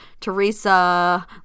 Teresa